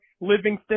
Livingston